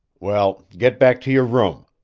well, get back to your room.